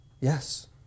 Yes